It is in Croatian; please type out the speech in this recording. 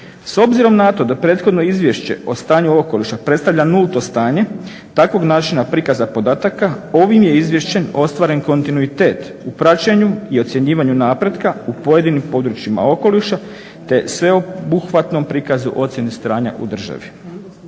S obzirom na to da prethodno Izvješće o stanju okoliša predstavlja nulto stanje takvog načina prikaza podataka ovim je izvješćem ostvaren kontinuitet u praćenju i ocjenjivanju napretka u pojedinim područjima okoliša te sveobuhvatnom prikazu ocjene stanja u državi.